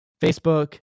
Facebook